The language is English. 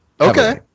okay